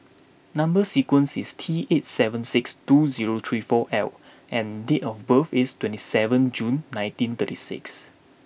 number sequence is T eight seven six two zero three four L and date of birth is twenty seven June nineteen thirty six